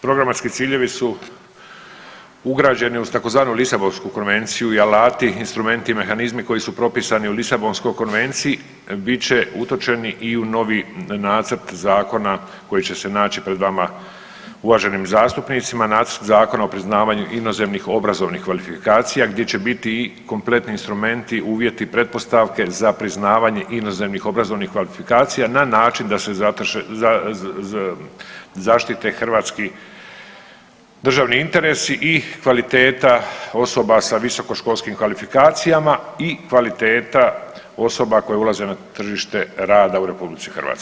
Programski ciljevi su ugrađeni u tzv. Lisabonsku konvenciju i alati, instrumenti, mehanizmi koji su propisani u Lisabonskoj konvenciji bit će utočeni i u novi nacrt zakona koji će se naći pred vama uvaženim zastupnicima, Nacrt zakona o priznavanju inozemnih obrazovnih kvalifikacija gdje će biti kompletni instrumenti, uvjeti, pretpostavke za priznavanje inozemnih obrazovnih kvalifikacija na način da se zaštite hrvatski državni interesi i kvaliteta osoba sa visokoškolskim kvalifikacijama i kvaliteta osoba koje ulaze na tržište rada u RH.